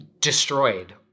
destroyed